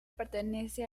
pertenece